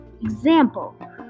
Example